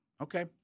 Okay